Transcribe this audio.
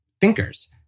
thinkers